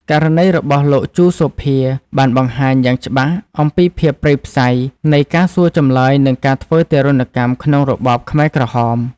ករណីរបស់លោក ជូ សូភា បានបង្ហាញយ៉ាងច្បាស់អំពីភាពព្រៃផ្សៃនៃការសួរចម្លើយ និងការធ្វើទារុណកម្មក្នុងរបបខ្មែរក្រហម។